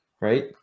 right